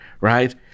right